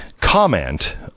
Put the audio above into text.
comment